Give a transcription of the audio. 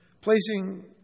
placing